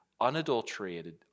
unadulterated